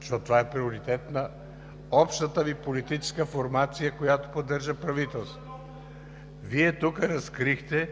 защото това е приоритет на общата Ви политическа формация, която поддържа правителството? (Шум и реплики.) Вие разкрихте